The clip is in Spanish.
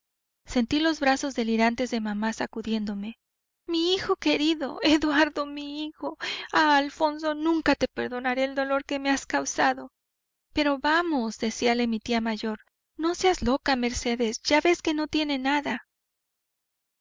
sentí los brazos delirantes de mamá sacudiéndome mi hijo querido eduardo mi hijo ah alfonso nunca te perdonaré el dolor que me has causado pero vamos decíale mi tía mayor no seas loca mercedes ya ves que no tiene nada